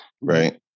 Right